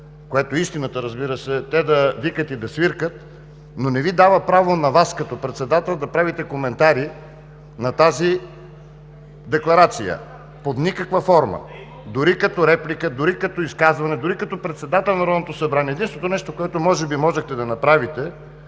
което е истината, разбира се, те да викат и да свиркат, но не Ви дава право на Вас, като председател, да правите коментари на тази декларация под никаква форма, дори като реплика, дори като изказване, дори като председател на Народното събрание. Единственото нещо, което може би можехте да направите,